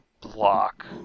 block